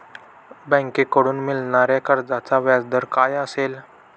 बँकेकडून मिळणाऱ्या कर्जाचा व्याजदर काय असेल?